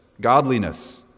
godliness